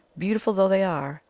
beautiful though they are,